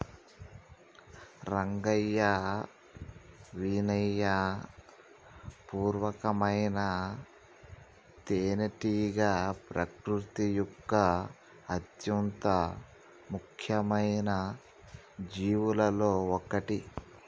రంగయ్యా వినయ పూర్వకమైన తేనెటీగ ప్రకృతి యొక్క అత్యంత ముఖ్యమైన జీవులలో ఒకటి